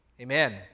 Amen